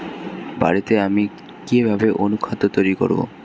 বাড়িতে আমি কিভাবে অনুখাদ্য তৈরি করব?